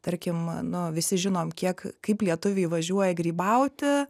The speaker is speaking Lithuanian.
tarkim nu visi žinom kiek kaip lietuviai važiuoja grybauti